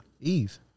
Eve